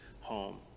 home